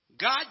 God